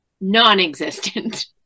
non-existent